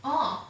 啊